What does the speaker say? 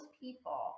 people